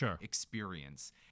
experience